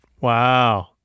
Wow